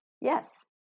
Yes